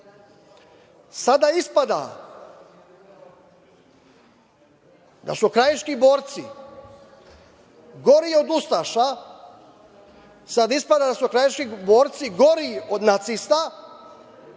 ispada da su krajiški borci gori od ustaša, sada ispada da su krajiški borci gori od nacista